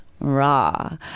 raw